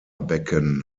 becken